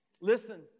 listen